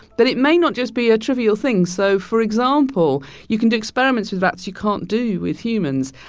but it may not just be a trivial thing. so, for example, you can do experiments with rats you can't do with humans.